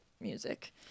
music